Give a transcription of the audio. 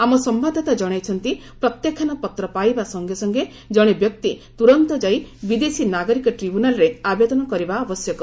ଆମ ସମ୍ଭାଦାଦାତା ଜଣାଇଛନ୍ତି ପ୍ରତ୍ୟାଖ୍ୟାନ ପତ୍ର ପାଇବା ସଙ୍ଗେ ସଙ୍ଗେ ଜଣେ ବ୍ୟକ୍ତି ତୁରନ୍ତ ଯାଇ ବିଦେଶୀ ନାଗରିକ ଟ୍ରିବ୍ୟୁନାଲ୍ରେ ଆବେଦନ କରିବା ଆବଶ୍ୟକ